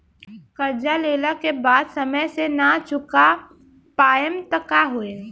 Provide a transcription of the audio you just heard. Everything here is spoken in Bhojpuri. कर्जा लेला के बाद समय से ना चुका पाएम त का होई?